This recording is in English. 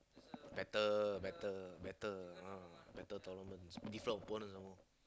better better better uh better tournaments different opponents some more